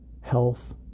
health